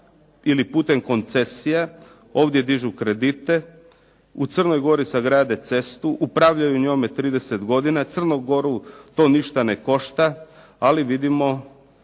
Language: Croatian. ili putem koncesija, ovdje dižu kredite. U Crnoj Gori sagrade cestu, upravljaju njome 30 godina, Crnu Goru to ništa ne košta. Ali vidimo